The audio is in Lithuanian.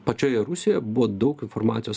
pačioje rusijoje buvo daug informacijos